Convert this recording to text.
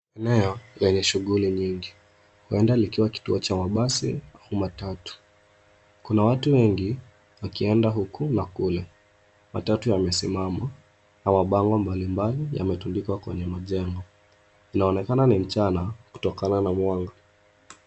Eneo lenye shughuli nyingi huenda likiwa kituo cha mabasi au matatu. Kuna watu wengi wakienda huku na kule. Matatu yamesimama na mabango mbalimbali yametundikwa kwenye majengo inaonekana ni mchana kutokana na mwanga.